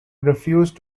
refused